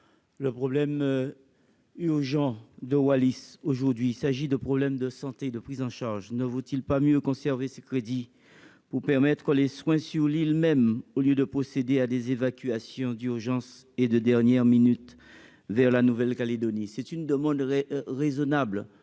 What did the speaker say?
le problème urgent de Wallis, aujourd'hui il s'agit de problèmes de santé, de prise en charge ne vaut-il pas mieux conserver ses crédits pour permettre les soins sur l'île même au lieu de posséder à des évacuations d'urgence et de dernière minute vers la Nouvelle-Calédonie,